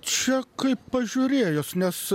čia kaip pažiūrėjus nes